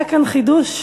היה כאן חידוש,